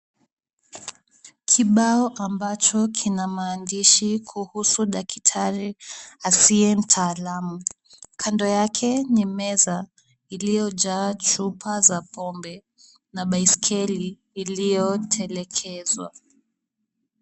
Kibao ambacho kina maandishi kuhusu daktari asiye mtaalamu. Kando yake ni meza iliyojaa chupa za pombe na baiskeli iliyotelekezwa.